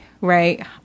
right